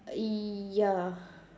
uh ya